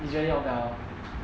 it's really on now